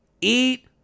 eat